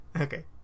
Okay